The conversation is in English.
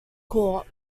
court